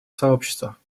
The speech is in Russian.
сообщества